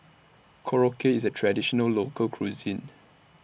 Korokke IS A Traditional Local Cuisine